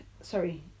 sorry